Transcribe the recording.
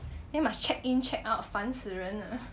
then must check in check out 烦死人 ah